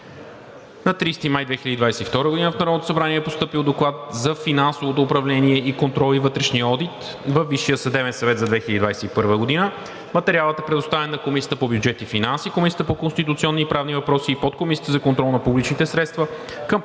На 30 май 2022 г. в Народното събрание е постъпил Доклад за финансовото управление и контрол и вътрешния одит във Висшия съдебен съвет за 2021 г. Материалът е предоставен на Комисията по бюджет и финанси, Комисията по конституционни и правни въпроси и Подкомисията за контрол на публичните средства към